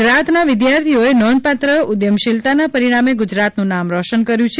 ગુજરાતના વિદ્યાર્થીઓએ નોંધપાત્ર ઉધમશીલતના પરિણામે ગુજરાતનુ નામ રોશન કર્યુ છે